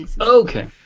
Okay